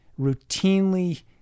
routinely